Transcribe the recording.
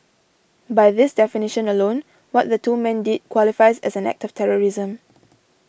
by this definition alone what the two men did qualifies as an act of terrorism